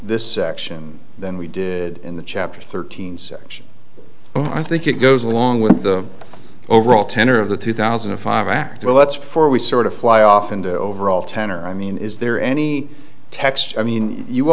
this section than we do in the chapter thirteen section i think it goes along with the overall tenor of the two thousand and five act well that's before we sort of fly off into overall tenor i mean is there any text i mean you